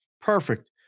Perfect